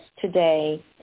today